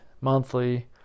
monthly